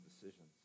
decisions